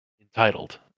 entitled